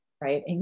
right